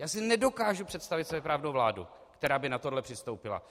Já si nedokážu představit svéprávnou vládu, která by na tohle přistoupila.